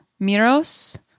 Miros